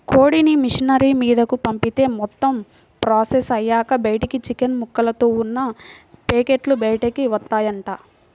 కోడిని మిషనరీ మీదకు పంపిత్తే మొత్తం ప్రాసెస్ అయ్యాక బయటకు చికెన్ ముక్కలతో ఉన్న పేకెట్లు బయటకు వత్తాయంట